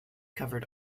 covered